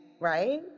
right